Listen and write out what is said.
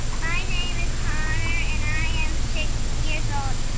my name is connor, and i am six years old.